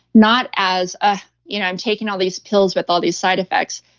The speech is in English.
not as, ah you know i'm taking all these pills with all these side effects.